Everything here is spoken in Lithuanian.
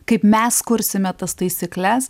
kaip mes kursime tas taisykles